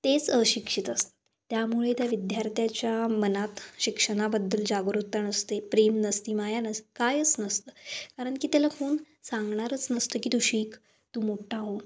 तेच अशिक्षित असतात त्यामुळे त्या विद्यार्थ्याच्या मनात शिक्षणाबद्दल जागरूकता नसते प्रेम नसते माया नसते कायच नसतं कारण की त्याला कोण सांगणारच नसतं की तू शिक तू मोठा हो